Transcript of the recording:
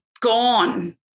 gone